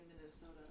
Minnesota